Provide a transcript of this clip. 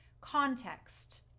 context